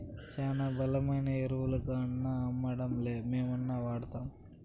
శానా బలమైన ఎరువుగాన్నా అమ్మడంలే మేమే వాడతాన్నం